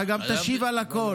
אתה גם תשיב על הכול.